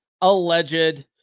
alleged